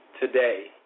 today